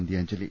അന്ത്യാഞ്ജലി